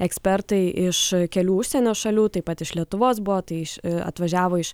ekspertai iš kelių užsienio šalių taip pat iš lietuvos buvo tai iš atvažiavo iš